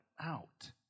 out